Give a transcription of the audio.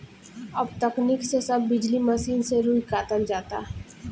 अब तकनीक से सब बिजली मसीन से रुई कातल जाता